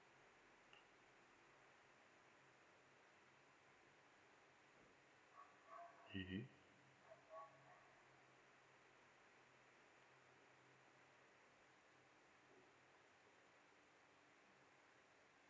mmhmm